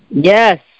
Yes